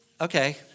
okay